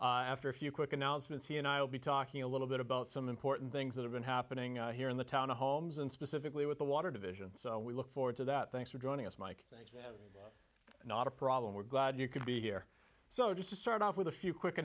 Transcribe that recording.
division after a few quick announcements he and i will be talking a little bit about some important things that have been happening here in the townhomes and specifically with the water division so we look forward to that thanks for joining us mike not a problem we're glad you could be here so just to start off with a few quick